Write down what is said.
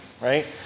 right